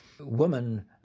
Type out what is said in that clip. woman